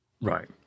Right